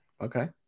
Okay